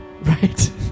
Right